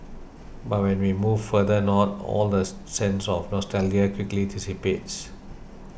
but when we move further north all that sense of nostalgia quickly dissipates